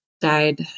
died